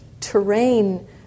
terrain